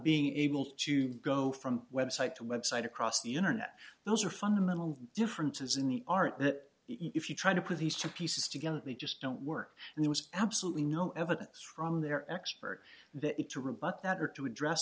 being able to go from website to website across the internet those are fundamental differences in the art that if you try to put these two pieces together they just don't work and there was absolutely no evidence from their expert that it to